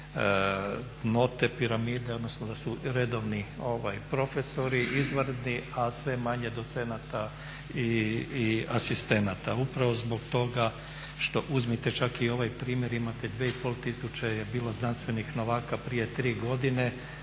da je note piramide odnosno da su redovni profesori izvanredni, a sve je manje docenata i asistenata upravo zbog toga što, uzmite čak i ovaj primjer, imate 2500 je bilo znanstvenih novaka prije 3 godine,